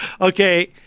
Okay